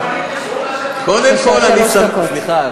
סליחה,